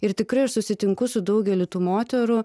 ir tikrai aš susitinku su daugeliu tų moterų